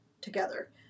together